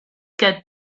get